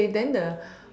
k then the